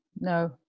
No